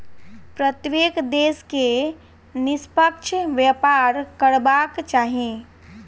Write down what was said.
प्रत्येक देश के निष्पक्ष व्यापार करबाक चाही